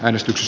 äänestys